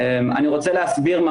אני רוצה להסביר.